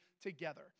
together